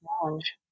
challenge